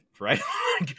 right